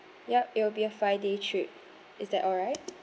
yup it will be a five day trip is that alright